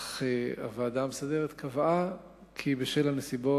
הוועדה המסדרת קבעה כי בשל הנסיבות